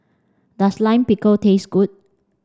does Lime Pickle taste good